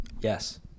Yes